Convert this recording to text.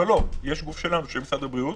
יש גוף שלנו של משרד הבריאות.